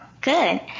good